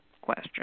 question